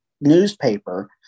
newspaper